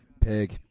Pig